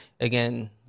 Again